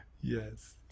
yes